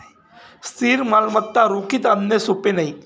स्थिर मालमत्ता रोखीत आणणे सोपे नाही